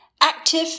active